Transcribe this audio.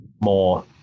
more